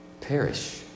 perish